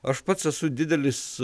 aš pats esu didelis